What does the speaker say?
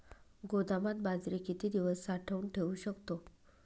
गोदामात बाजरी किती दिवस साठवून ठेवू शकतो?